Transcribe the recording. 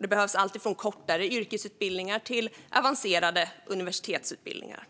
Det behövs alltifrån kortare yrkesutbildningar till avancerade universitetsutbildningar.